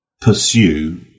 pursue